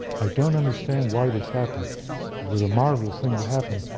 i don't understand why this happened it was a marvelous thing to happen